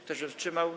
Kto się wstrzymał?